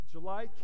July